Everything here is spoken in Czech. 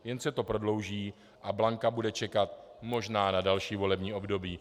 Jen se to prodlouží a Blanka bude čekat možná na další volební období.